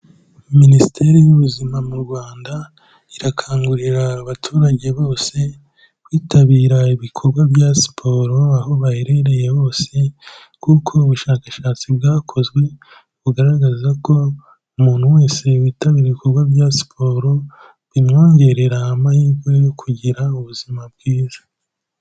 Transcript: Minisiteri y'Ubuzima mu Rwanda, irakangurira abaturage bose, kwitabira ibikorwa bya siporo aho baherereye hose kuko ubushakashatsi bwakozwe bugaragaza ko umuntu wese witabira ibikorwa bya siporo, bimwongerera amahirwe yo kugira ubuzima bwiza.